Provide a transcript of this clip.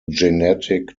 genetic